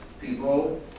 people